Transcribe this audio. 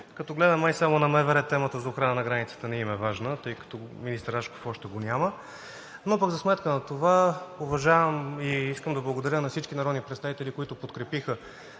Като гледам май само на МВР темата за охрана на границата не им е важна, тъй като министър Рашков още го няма. За сметка на това уважавам и искам да благодаря на всички народни представители, които тази